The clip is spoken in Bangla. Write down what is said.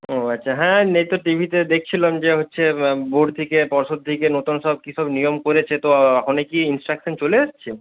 ও আচ্ছা হ্যাঁ এই তো টিভিতে দেখছিলাম যে হচ্ছে বোর্ড থেকে পর্ষদ থেকে নতুন সব কী সব নিয়ম করেছে তো অখনই কি ইন্সট্রাকশন চলে এসছে